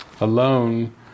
alone